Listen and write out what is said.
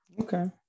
Okay